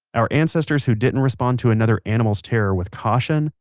our ancestors who didn't respond to another animal's terror with caution,